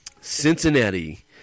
Cincinnati